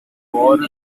war